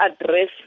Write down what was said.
address